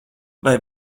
vai